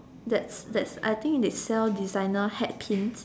that's that's I think they sell designer hat pin